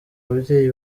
ababyeyi